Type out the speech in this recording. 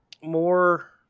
more